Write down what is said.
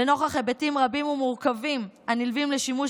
לנוכח היבטים רבים ומורכבים הנלווים לשימוש